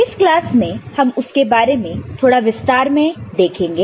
इस क्लास में हम उसके बारे में थोड़ा विस्तार से देखेंगे